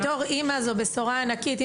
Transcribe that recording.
בתור אמא זו בשורה ענקית,